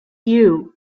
you